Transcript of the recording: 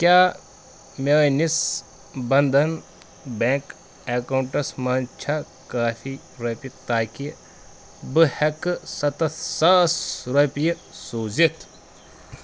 کیٛاہ میٛٲنِس بنٛدھن بیٚنٛک اؠکاونٛٹَس منٛز چھا کافی رۄپیہِ تاکہِ بہٕ ہٮ۪کہٕ ستَتھ ساس رۄپیہِ سوٗزِتھ